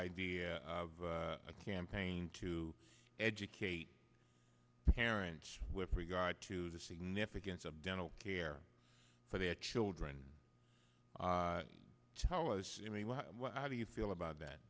idea of a campaign to educate parents with regard to the significance of dental care for their children tell us i mean how do you feel about that